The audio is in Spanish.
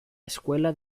escuela